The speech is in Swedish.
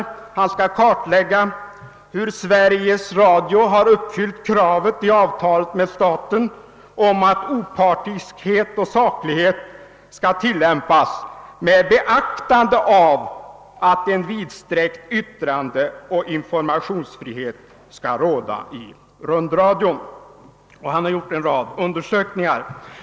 Professor Westerståhl skall kartlägga hur Sveriges Radio uppfyllt kravet i avtalet med staten om att opartiskhet och saklighet skall tillämpas med beaktande av att en vidsträckt yttrandeoch informationsfrihet skall råda i rundradion. Westerståbhl har i detta sammanhang gjort en rad undersökningar.